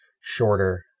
shorter